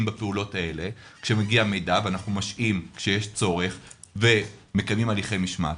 בפעולות האלה כשמגיע מידע ואנחנו משעים כשיש צורך ומקיימים הליכי משמעת,